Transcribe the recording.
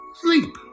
sleep